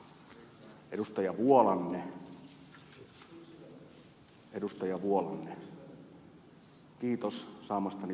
vuolanne kiitos saamastani palautteesta